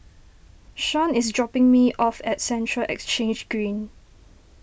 Shawn is dropping me off at Central Exchange Green